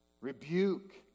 rebuke